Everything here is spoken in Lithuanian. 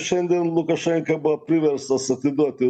šiandien lukašenka buvo priverstas atiduoti